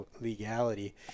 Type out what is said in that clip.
legality